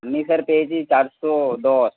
আমি স্যার পেয়েছি চারশো দশ